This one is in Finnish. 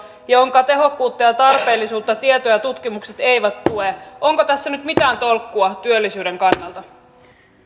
jonka tehokkuutta ja tarpeellisuutta tieto ja tutkimukset eivät tue onko tässä nyt mitään tolkkua työllisyyden kannalta